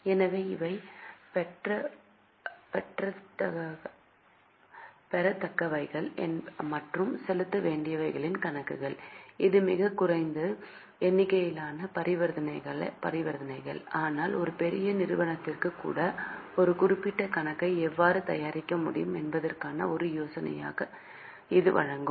எனவே இவை பெறத்தக்கவைகள் மற்றும் செலுத்த வேண்டியவைகளின் கணக்குகள் இது மிகக் குறைந்த எண்ணிக்கையிலான பரிவர்த்தனைகள் ஆனால் ஒரு பெரிய நிறுவனத்திற்கு கூட ஒரு குறிப்பிட்ட கணக்கை எவ்வாறு தயாரிக்க முடியும் என்பதற்கான ஒரு யோசனையை இது வழங்கும்